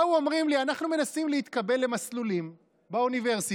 ואמרו לי: אנחנו מנסים להתקבל למסלולים באוניברסיטה,